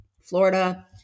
Florida